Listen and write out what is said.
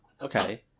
okay